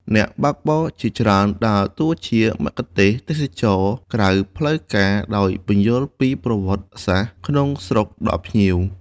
អ្នកបើកបរជាច្រើនដើរតួជាមគ្គុទ្ទេសក៍ទេសចរណ៍ក្រៅផ្លូវការ ដោយពន្យល់ពីប្រវត្តិសាស្ត្រក្នុងស្រុកដល់ភ្ញៀវ។